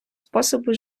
способу